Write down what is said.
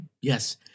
yes